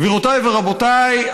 גבירותיי ורבותיי,